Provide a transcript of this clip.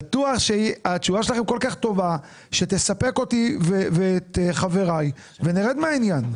בטוח שהתשובה שלכם כל כך טובה שתספק אותי ואת חבריי ונרד מהעניין.